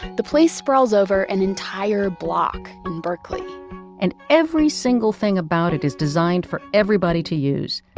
the place sprawls over an entire block in berkeley and every single thing about it is designed for everybody to use.